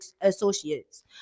associates